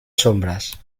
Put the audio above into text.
sombras